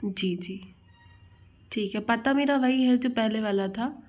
जी जी ठीक है पता मेरा वही है जो पहले वाला था